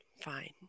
fine